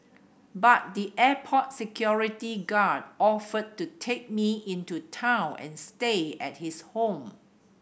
but the airport security guard offered to take me into town and stay at his home